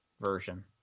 version